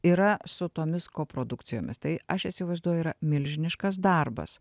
yra su tomis koprodukcijomis tai aš įsivaizduoju yra milžiniškas darbas